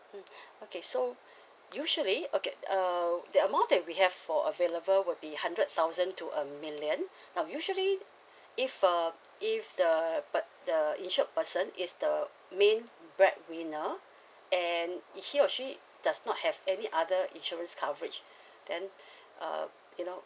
mm okay so usually okay uh the amount that we have for available would be hundred thousand to a million now usually if uh if the per the uh insured person is the main breadwinner and he or she does not have any other insurance coverage then uh you know